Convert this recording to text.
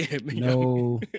no